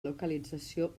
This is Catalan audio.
localització